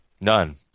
None